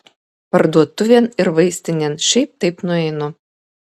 parduotuvėn ir vaistinėn šiaip taip nueinu